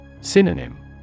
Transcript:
Synonym